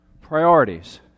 Priorities